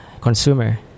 consumer